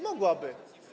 Mogłoby.